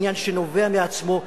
עניין שנובע מעצמו,